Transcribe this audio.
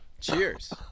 Cheers